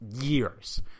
years